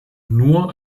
nur